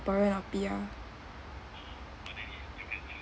singaporean or P_R